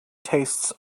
tastes